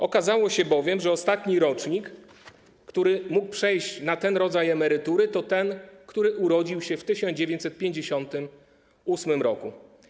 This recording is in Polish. Okazało się bowiem, że ostatni rocznik, który mógł przejść na ten rodzaj emerytury, to ten, który urodził się w 1958 r.